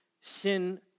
Sin